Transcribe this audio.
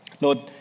Lord